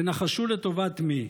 תנחשו לטובת מי.